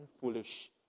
foolish